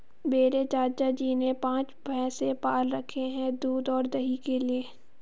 मेरे चाचा जी ने पांच भैंसे पाल रखे हैं दूध और दही के लिए